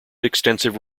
extensive